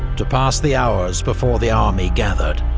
to pass the hours before the army gathered.